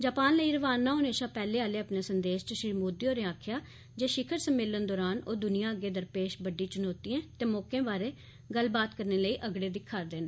Japan लेई रवाना होने शा पैहले आले अपने संदेस च श्री मोदी होरें आखेआ जे शिखर सम्मेलन दौरान ओह् दुनिया अग्गे दरपेश बड्डी चुनौतिएं ते मौकें बारै गल्लबात करने लेई अगड़े दिक्खा'रदे न